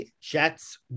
Jets